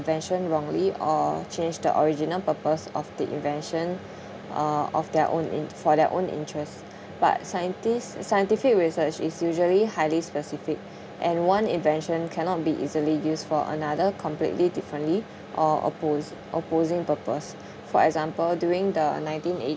invention wrongly or changed the original purpose of the invention uh of their own int~ for their own interests by scientists scientific research is usually highly specific and one invention cannot be easily use for another completely differently or oppos~ opposing purpose for example during the nineteen eighty